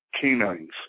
canines